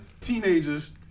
teenagers